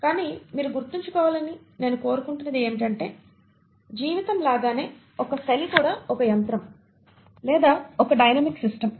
కానీ మీరు గుర్తుంచుకోవాలని నేను కోరుకుంటున్నది ఏమిటంటే జీవితం లాగానే ఒక సెల్ కూడా ఒక యంత్రం లేదా ఒక డైనమిక్ సిస్టమ్